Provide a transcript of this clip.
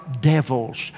devils